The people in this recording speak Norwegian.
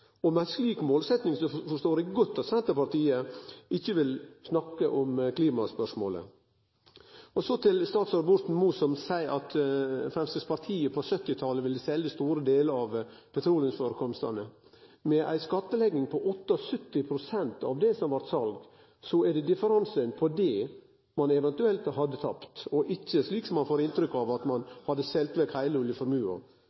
Med ei slik målsetjing forstår eg godt at Senterpartiet ikkje vil snakke om klimaspørsmålet. Så til statsråd Borten Moe, som seier at Framstegspartiet på 1970-talet ville selje store delar av petroleumsførekomstane. Med ei skattlegging på 78 pst. av det som blei selt, er det differansen her ein eventuelt hadde tapt. Det er ikkje slik ein får inntrykk av, at